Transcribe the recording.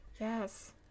Yes